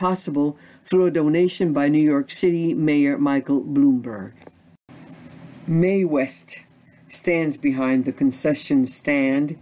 possible through donation by new york city mayor michael bloomberg may west stands behind the concession stand